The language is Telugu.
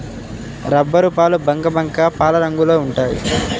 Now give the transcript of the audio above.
రబ్బరుపాలు బంకబంకగా పాలరంగులో ఉంటాయి